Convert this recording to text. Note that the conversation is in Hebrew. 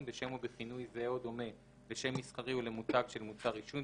בשם או בכינוי זהה או דומה לשם מסחרי או למותג של מוצר עישון,